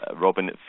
Robin